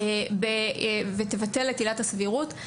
את עילת הסבירות,